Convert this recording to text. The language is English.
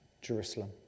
Jerusalem